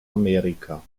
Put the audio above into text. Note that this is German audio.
amerika